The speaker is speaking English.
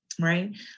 right